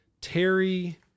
Terry